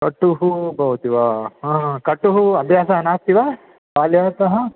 कटुः भवति वा हा हा कटुः अभ्यासः नास्ति वा बाल्यतः